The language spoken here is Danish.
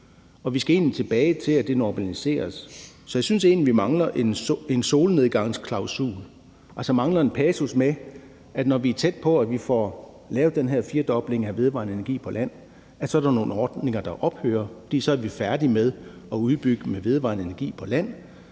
egentlig skal vende tilbage til, at det normaliseres. Så jeg synes egentlig, at vi mangler en solnedgangsklausul, altså en passus med, at der, når vi er tæt på, at vi har fået lavet den her firedobling af andelen af den vedvarende energi på land, så er nogle ordninger, der ophører, fordi vi så er færdige med at udbygge med vedvarende energi på land,